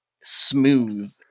smooth